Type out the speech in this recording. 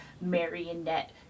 marionette